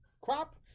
crop